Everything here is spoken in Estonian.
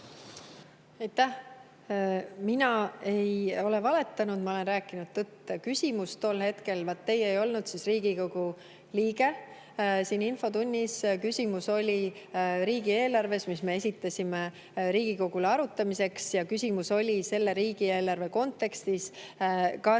Mina ei ole valetanud, ma olen rääkinud tõtt. Küsimus tol hetkel – teie ei olnud siis Riigikogu liige – siin infotunnis oli riigieelarves, mille me esitasime Riigikogule arutamiseks, ja küsimus oli selle riigieelarve kontekstis, kas